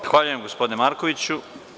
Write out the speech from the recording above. Zahvaljujem gospodine Markoviću.